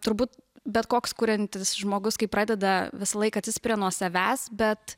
turbūt bet koks kuriantis žmogus kai pradeda visąlaik atsispiria nuo savęs bet